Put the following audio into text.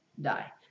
die